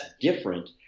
different